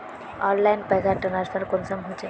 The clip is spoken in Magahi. ऑनलाइन पैसा ट्रांसफर कुंसम होचे?